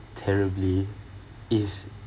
terribly is